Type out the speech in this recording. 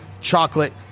chocolate